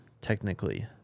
technically